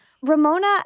Ramona